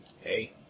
Hey